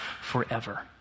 forever